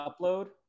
Upload